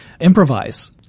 improvise